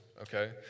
okay